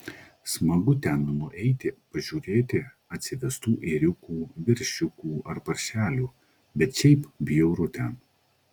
smagu ten nueiti pažiūrėti atsivestų ėriukų veršiukų ar paršelių bet šiaip bjauru ten